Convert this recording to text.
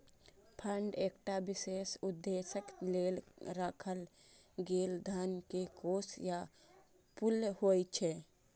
fund एकटा विशेष उद्देश्यक लेल राखल गेल धन के कोष या पुल होइ छै